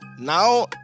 now